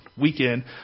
Weekend